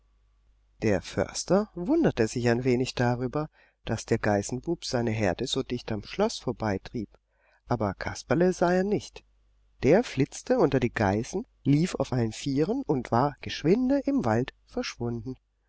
der förster wunderte sich ein wenig darüber daß der geißenbub seine herde so dicht am schloß vorbeitrieb aber kasperle sah er nicht der flitzte unter die geißen lief auf allen vieren und war geschwinde im walde verschwunden